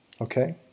Okay